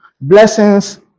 Blessings